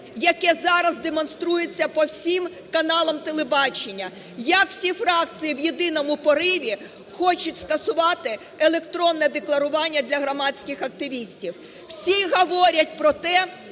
яке зараз демонструється по всім каналам телебачення, як всі фракції в єдиному пориві хочуть скасувати електронне декларування для громадських активістів. Всі говорять про те,